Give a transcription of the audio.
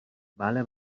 بله